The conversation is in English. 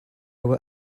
were